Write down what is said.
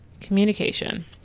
Communication